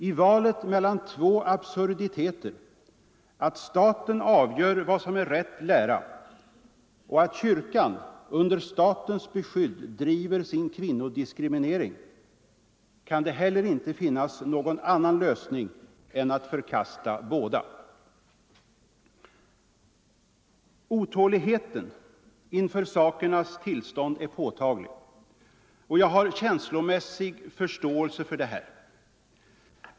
I valet mellan två absurditeter — att staten avgör vad som är rätt lära och att kyrkan under statens beskydd driver sin kvinnodiskriminering — kan det heller inte finnas någon annan lösning än att förkasta båda.” Otåligheten inför sakernas tillstånd är påtaglig. Jag har känslomässig förståelse för detta.